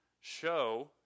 show